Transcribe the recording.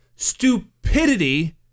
stupidity